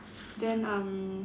then um